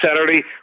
Saturday